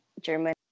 German